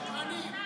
שקרנים,